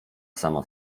sama